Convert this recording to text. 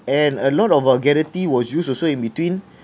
and a lot of vulgarity was used also in between